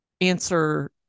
answer